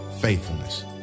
faithfulness